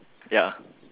ya